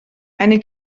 eine